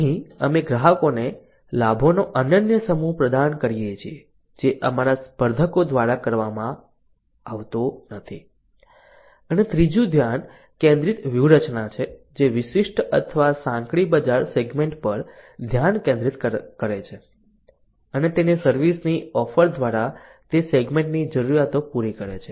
અહીં અમે ગ્રાહકોને લાભોનો અનન્ય સમૂહ પ્રદાન કરીએ છીએ જે અમારા સ્પર્ધકો દ્વારા આપવામાં આવતો નથી અને ત્રીજું ધ્યાન કેન્દ્રિત વ્યૂહરચના છે જે વિશિષ્ટ અથવા સાંકડી બજાર સેગમેન્ટ પર ધ્યાન કેન્દ્રિત કરે છે અને તેની સર્વિસ ની ઓફર દ્વારા તે સેગમેન્ટની જરૂરિયાતો પૂરી કરે છે